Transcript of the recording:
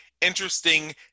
interesting